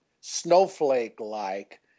snowflake-like